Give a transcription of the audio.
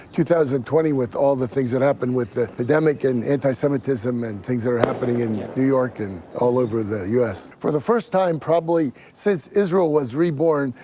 two thousand and twenty, with all the things that happened with the pandemic and anti-semitism and things that are happening in new york and all over the u s. for the first time probably since israel was reborn,